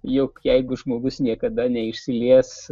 juk jeigu žmogus niekada neišsilies